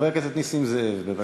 חבר הכנסת נסים זאב, בבקשה.